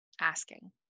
Asking